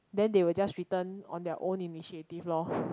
then they will just return on their own initiative lor